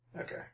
Okay